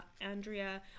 andrea